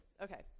Okay